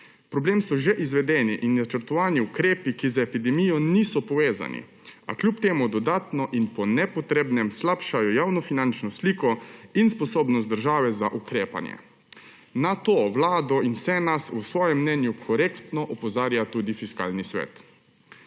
Problem so že izvedeni in načrtovani ukrepi, ki z epidemijo niso povezani, a kljub temu dodatno in po nepotrebnem slabšajo javnofinančno sliko in sposobnost države za ukrepanje. Na to Vlado in vse nas v svojem mnenju korektno opozarja tudi Fiskalni svet.